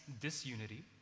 disunity